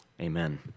Amen